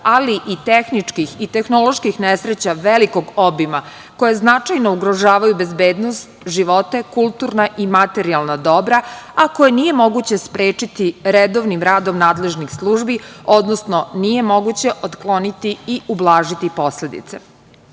ali i tehničkih i tehnoloških nesreća velikog obima, koje značajno ugrožavaju bezbednost, živote, kulturna i materijalna dobra, a koje nije moguće sprečiti redovnim radom nadležnih službi, odnosno nije moguće otkloniti i ublažiti posledice. Ovaj